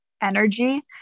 energy